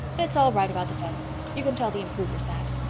and it's all right about the fence. you can tell the improvers that.